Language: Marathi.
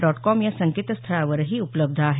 डॉट कॉम या संकेतस्थळावरही उपलब्ध आहे